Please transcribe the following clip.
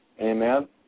Amen